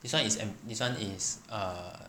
this one is this one is err